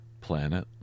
Planet